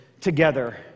together